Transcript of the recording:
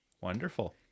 Wonderful